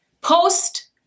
post